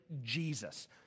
Jesus